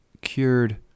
cured